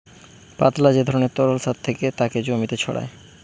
পাতলা যে ধরণের তরল সার থাকে তাকে জমিতে ছড়ায়